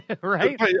right